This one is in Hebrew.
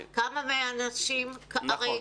נכון.